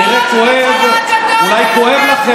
כל מה שעשית עד עכשיו,